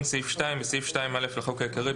תיקון סעיף 2 2. בסעיף 2(א) לחוק העיקרי,